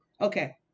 okay